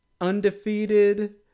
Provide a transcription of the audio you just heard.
undefeated